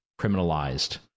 criminalized